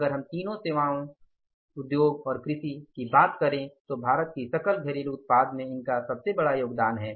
अगर हम तीनों क्षेत्रों सेवाओं उद्योग और कृषि की बात करें तो भारत की सकल घरेलु उत्पाद में इसका सबसे बड़ा योगदान है